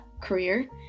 career